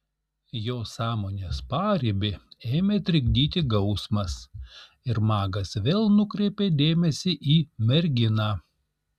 jo sąmonės paribį ėmė trikdyti gausmas ir magas vėl nukreipė dėmesį į merginą